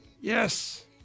Yes